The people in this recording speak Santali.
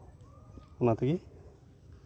ᱚᱱᱟ ᱛᱮᱜᱮ